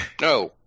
No